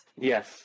Yes